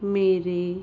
ਮੇਰੇ